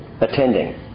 attending